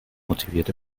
motiviert